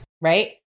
right